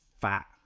fat